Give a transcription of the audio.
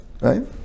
right